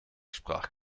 sprach